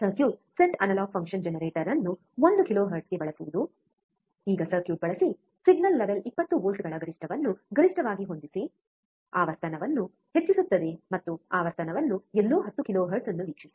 circuit set analogue function generator ಅನ್ನು 1 ಕಿಲೋಹೆರ್ಟ್ಜ್ಗೆ ಬಳಸುವುದು ಈಗ ಸರ್ಕ್ಯೂಟ್ ಬಳಸಿ ಸಿಗ್ನಲ್ ಲೆವೆಲ್ 20 ವೋಲ್ಟ್ಗಳ ಗರಿಷ್ಠವನ್ನು ಗರಿಷ್ಠವಾಗಿ ಹೊಂದಿಸಿ ಆವರ್ತನವನ್ನು ಹೆಚ್ಚಿಸುತ್ತದೆ ಮತ್ತು ಆವರ್ತನವನ್ನು ಎಲ್ಲೋ 10 ಕಿಲೋಹೆರ್ಟ್ಜ್ ಅನ್ನು ವೀಕ್ಷಿಸಿ